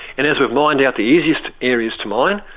and as it mined out the easiest areas to mine,